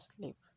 sleep